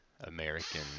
American